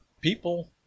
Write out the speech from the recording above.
people